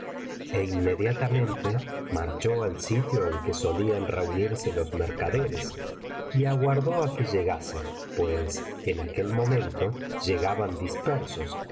e inmediatamente marchó al sitio en que solían reunirse los mercaderes y aguardó á que llegasen pues en aquel momento llegaban dispersos